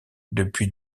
depuis